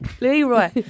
Leroy